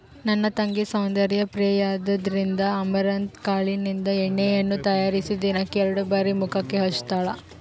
ನನ್ನ ತಂಗಿ ಸೌಂದರ್ಯ ಪ್ರಿಯೆಯಾದ್ದರಿಂದ ಅಮರಂತ್ ಕಾಳಿನಿಂದ ಎಣ್ಣೆಯನ್ನು ತಯಾರಿಸಿ ದಿನಕ್ಕೆ ಎರಡು ಬಾರಿ ಮುಖಕ್ಕೆ ಹಚ್ಚುತ್ತಾಳೆ